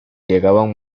llegaban